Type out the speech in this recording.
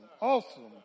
awesome